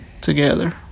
together